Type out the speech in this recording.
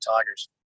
Tigers